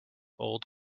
old